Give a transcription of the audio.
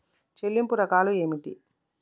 చెల్లింపు రకాలు ఏమిటి?